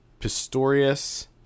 Pistorius